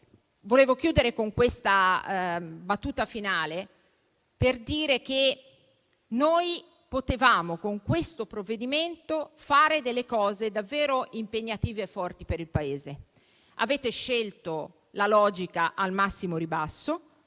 Volevo chiudere con una battuta finale: potevamo con questo provvedimento fare cose davvero impegnative e forti per il Paese. Avete scelto la logica del massimo ribasso,